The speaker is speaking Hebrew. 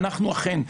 אנחנו אכן,